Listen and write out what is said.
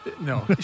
No